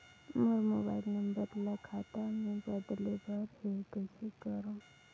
मोर mobile number ल खाता मे बदले बर हे कइसे करव?